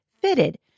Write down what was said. fitted